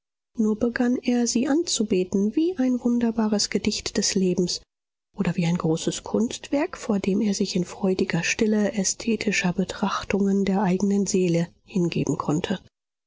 nur begann er sie anzubeten wie ein wunderbares gedicht des lebens oder wie ein großes kunstwerk vor dem er sich in freudiger stille ästhetischen betrachtungen der eigenen seele hingeben konnte